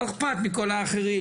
לא אכפת מכל האחרים,